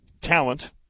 talent